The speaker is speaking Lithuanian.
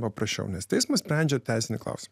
paprasčiau nes teismas sprendžia teisinį klausimą